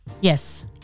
yes